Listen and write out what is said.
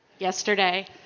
yesterday